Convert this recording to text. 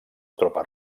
tropes